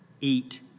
eat